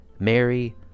Mary